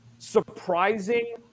surprising